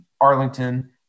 Arlington